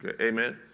Amen